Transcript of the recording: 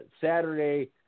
Saturday